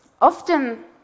Often